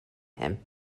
him